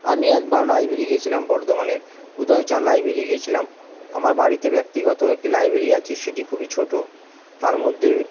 আমি একবার লাইব্রেরি গেছিলাম বর্ধমানের উদয়চাঁদ লাইব্রেরি গেছিলাম আমার বাড়িতে ব্যক্তিগত একটি লাইব্রেরি আছে সেটি খুবই ছোটো তার মধ্যে